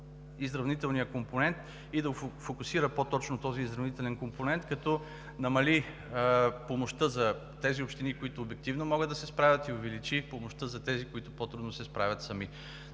изравнителния компонент и да фокусира по-точно този изравнителен компонент, като намали помощта за тези общини, които обективно могат да се справят, и увеличи помощта за тези, които по-трудно се справят сами.